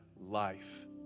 life